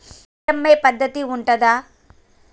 EMI పద్ధతి ఉంటదా?